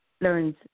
learns